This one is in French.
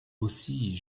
aussi